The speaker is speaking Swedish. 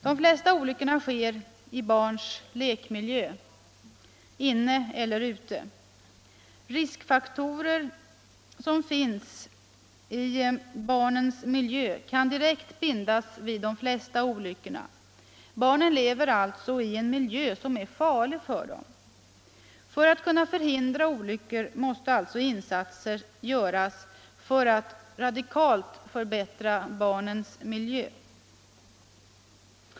De flesta olyckorna sker i barns lekmiljö, inne eller ute. Riskfaktorer som finns i barnens miljö kan direkt bindas vid de flesta olyckorna. Barnen lever alltså i en miljö som är farlig för dem. För att kunna hindra olyckor måste man alltså göra insatser för att radikalt förbättra barnens miljö.